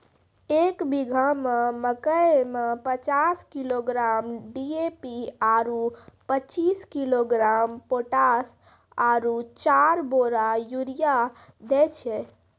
एक बीघा मे मकई मे पचास किलोग्राम डी.ए.पी आरु पचीस किलोग्राम पोटास आरु चार बोरा यूरिया दैय छैय?